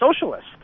socialist